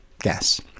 gas